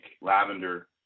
lavender